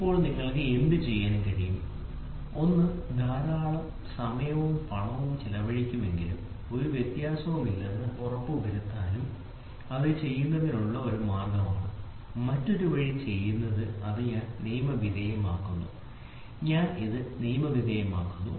ഇപ്പോൾ നിങ്ങൾക്ക് എന്തുചെയ്യാൻ കഴിയും ഒന്ന് ധാരാളം സമയവും പണവും ചെലവഴിക്കുമെന്നും ഒരു വ്യത്യാസവുമില്ലെന്ന് ഉറപ്പുവരുത്താനും അത് ചെയ്യുന്നതിനുള്ള ഒരു മാർഗ്ഗമാണ് മറ്റൊരു വഴി അത് ചെയ്യുന്നത് ഞാൻ നിയമവിധേയമാക്കുന്നു ഞാൻ ഇത് നിയമവിധേയമാക്കുന്നു